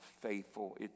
faithful